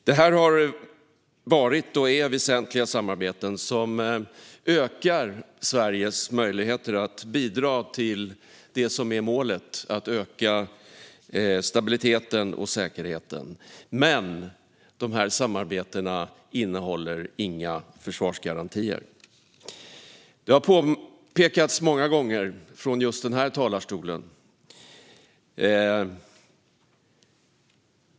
Det har varit och är väsentliga samarbeten som ökar Sveriges möjligheter att bidra till målet, nämligen att öka stabiliteten och säkerheten. Samarbetena innehåller dock inga försvarsgarantier. Det har påpekats många gånger från just denna talarstol.